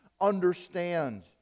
understand